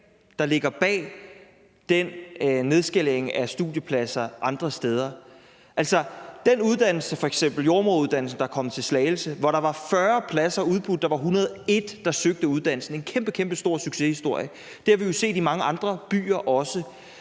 der ligger bag den nedskalering af studiepladser andre steder. Altså, f.eks. jordemoderuddannelsen, der kom til Slagelse, hvor der var 40 pladser udbudt og der var 101, der søgte uddannelsen, er en kæmpestor succeshistorie, og det har vi jo også set i mange andre byer.